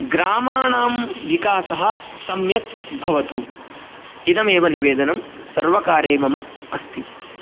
ग्रामाणां विकासः सम्यक् भवतु इदमेव निवेदनं सर्वकारे मम अस्ति